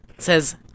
says